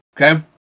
okay